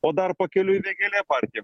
o dar pakeliui vėgėlė partija